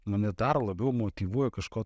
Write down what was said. mane dar labiau motyvuoja kažko